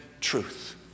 truth